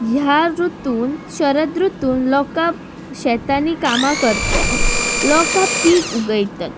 ह्या रुतून शरद रुतून लोकां शेतांनी कामां करतत लोकां पीक उगयतत